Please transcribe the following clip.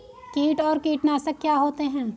कीट और कीटनाशक क्या होते हैं?